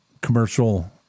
commercial